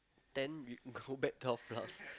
then we can go back twelve plus